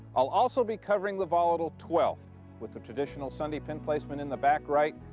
i'll also be covering the volatile twelfth with the traditional sunday pin placement in the back right.